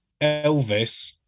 Elvis